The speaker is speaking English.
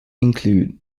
include